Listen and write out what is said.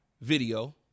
video